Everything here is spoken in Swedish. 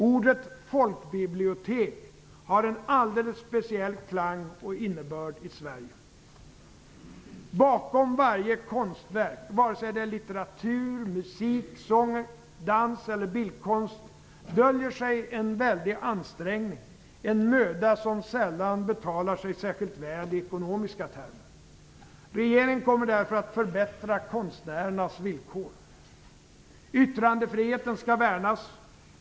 Ordet "folkbibliotek" har en alldeles speciell klang och innebörd i Sverige. Bakom varje konstverk - vare sig det är litteratur, musik, sång, dans eller bildkonst - döljer sig en väldig ansträngning, en möda som sällan betalar sig särskilt väl i ekonomiska termer. Regeringen kommer därför att förbättra konstnärernas villkor. Yttrandefriheten skall värnas.